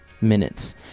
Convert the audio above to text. minutes